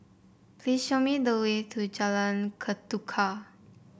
please show me the way to Jalan Ketuka